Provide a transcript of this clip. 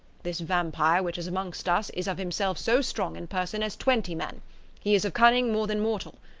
this vampire which is amongst us is of himself so strong in person as twenty men he is of cunning more than mortal,